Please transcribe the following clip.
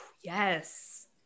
yes